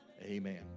Amen